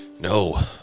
No